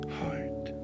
heart